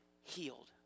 healed